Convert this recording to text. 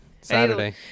Saturday